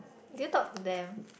do you talk to them